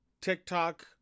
TikTok